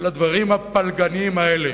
לדברים הפלגניים האלה.